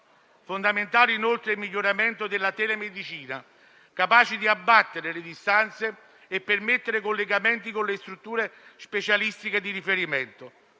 Fondamentale, inoltre, è il miglioramento della telemedicina, capace di abbattere le distanze e permettere collegamenti con le strutture specialistiche di riferimento.